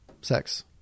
sex